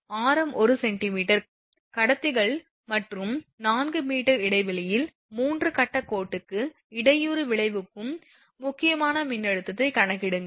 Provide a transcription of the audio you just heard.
ஆரம் 1 cm கடத்திகள் மற்றும் 4 m இடைவெளியில் 3 கட்ட கோடுக்கு இடையூறு விளைவிக்கும் முக்கியமான மின்னழுத்தத்தைக் கணக்கிடுங்கள்